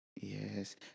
Yes